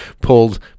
pulled